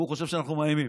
והוא חושב שאנחנו מאיימים.